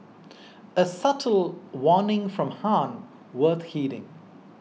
a subtle warning from Han worth heeding